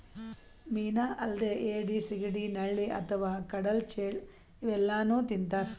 ಮೀನಾ ಅಲ್ದೆ ಏಡಿ, ಸಿಗಡಿ, ನಳ್ಳಿ ಅಥವಾ ಕಡಲ್ ಚೇಳ್ ಇವೆಲ್ಲಾನೂ ತಿಂತಾರ್